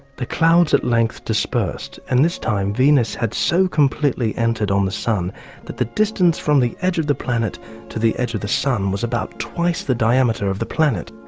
the clouds at length dispersed, and this time venus had so completely entered on the sun that the distance from the edge of the planet to the edge of the sun was about twice the diameter of the planet.